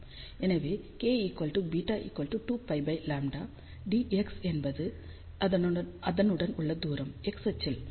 எனவே kβ2πλ dx என்பது அதனுடன் உள்ள தூரம் x அச்சு ல்